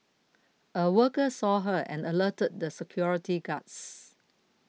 a worker saw her and alerted the security guards